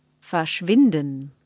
Verschwinden